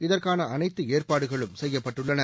இதற்கான அனைத்து ஏற்பாடுகளும் செய்யப்பட்டுள்ளன